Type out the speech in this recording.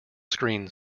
screen